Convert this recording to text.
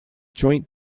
joint